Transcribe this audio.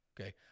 okay